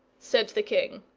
said the king.